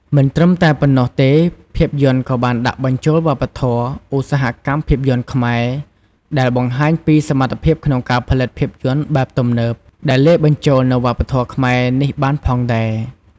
មិនត្រឹមតែប៉ុណ្ណោះទេភាពយន្តក៏បានដាក់បញ្ចូលវប្បធម៌ ឧស្សាហកម្មភាពយន្តខ្មែរ ដែលបង្ហាញពីសមត្ថភាពក្នុងការផលិតភាពយន្តបែបទំនើប ដែលលាយបញ្ចូលនូវវប្បធម៌ខ្មែរនេះបានផងដែរ ។